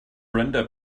brenda